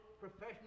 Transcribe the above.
professional